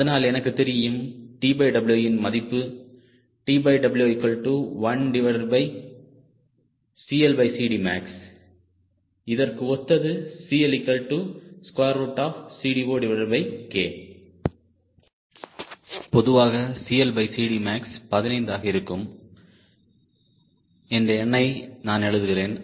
அதனால் எனக்கு தெரியும் TWன் மதிப்பு TW1max இதற்கு ஒத்தது CLCD0K பொதுவாக max15 ஆக இருக்கும் என்ற எண்ணை நான் எழுதுகிறேன்